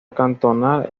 cantonal